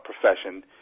profession